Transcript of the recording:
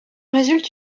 résulte